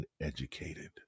uneducated